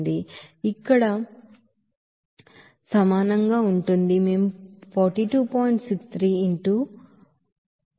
ఇది ఇక్కడ తో సమానం ఉంటుంది మేము 4 2